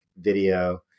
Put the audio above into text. video